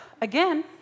Again